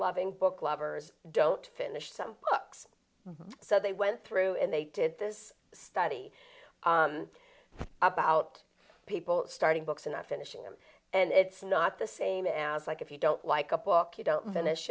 book lovers don't finish some books so they went through and they did this study about people starting books in a finishing them and it's not the same as like if you don't like a book you don't finish